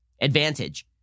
advantage